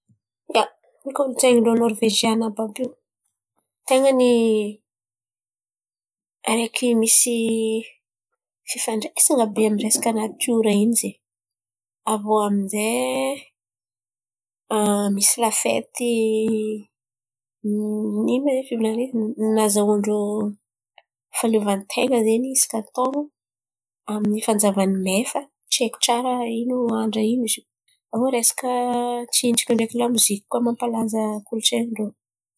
Ia, kolontsain̈y ndrô Nôrivizienina àby io ten̈a ny areky misy fifandraisana be in̈y aminy resaka natiora in̈y zen̈y. Avô amizay misy lafety nino zin̈y fivolan̈ana in̈y? Nazahoan-drô fahaleovan-ten̈a zen̈y isaka taôn̈o aminy fanjava ny may fa tsy aiko tsara ino andra ino zo. Avô resaka tsinjaka n ndreky lamozika koa mampalaza kolontsain̈y ndrô.